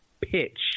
pitch